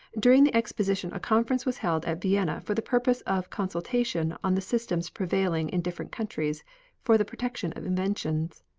during the exposition a conference was held at vienna for the purpose of consultation on the systems prevailing in different countries for the protection of inventions.